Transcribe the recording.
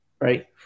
right